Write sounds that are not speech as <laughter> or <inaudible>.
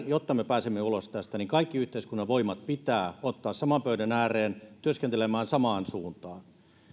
<unintelligible> jotta me pääsemme ulos tästä kaikki yhteiskunnan voimat pitää ottaa saman pöydän ääreen työskentelemään samaan suuntaan